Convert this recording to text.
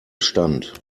stand